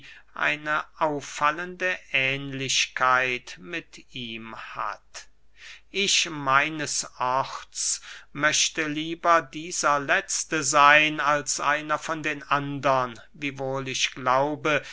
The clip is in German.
eine auffallende ähnlichkeit mit ihm hat ich meines orts möchte lieber dieser letzte seyn als einer von den andern wiewohl ich glaube